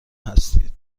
هستید